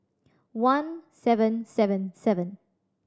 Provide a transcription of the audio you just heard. one seven seven seven